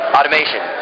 Automation